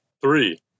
Three